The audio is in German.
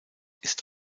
ist